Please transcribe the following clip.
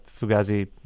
Fugazi